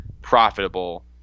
profitable